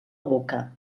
boca